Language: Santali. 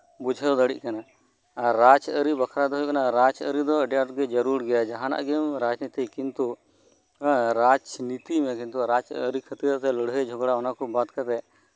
ᱵᱩᱡᱷᱟᱹᱣ ᱫᱟᱲᱮᱭᱟᱜ ᱠᱟᱱᱟ ᱟᱨ ᱨᱟᱡᱽᱟᱹᱨᱤ ᱵᱟᱠᱷᱨᱟ ᱫᱚ ᱦᱳᱭᱳᱜ ᱠᱟᱱᱟ ᱨᱟᱡᱽᱟᱹᱨᱤ ᱫᱚ ᱟᱹᱴᱤ ᱟᱸᱴ ᱜᱮ ᱡᱟᱹᱨᱩᱲ ᱜᱮᱭᱟ ᱡᱟᱦᱟᱱᱟᱜ ᱜᱮᱢ ᱨᱟᱡᱽᱱᱤᱛᱤ ᱠᱤᱱᱛᱩ ᱨᱟᱡᱽᱱᱤᱛᱤ ᱢᱮ ᱨᱟᱡᱽᱟᱹᱨᱤ ᱠᱷᱟᱹᱛᱤᱨ ᱞᱟᱹᱲᱦᱟᱹᱭ ᱡᱷᱚᱜᱽᱲᱟ ᱚᱱᱟᱠᱚ ᱵᱟᱫᱽ ᱠᱟᱛᱮᱫ